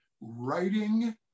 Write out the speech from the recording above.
writing